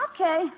Okay